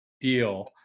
deal